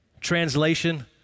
Translation